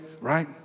right